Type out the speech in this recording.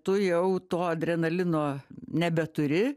tu jau to adrenalino nebeturi